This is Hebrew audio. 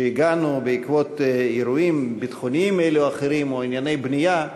כשהגענו בעקבות אירועים ביטחוניים אלו ואחרים או ענייני בנייה,